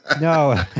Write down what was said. no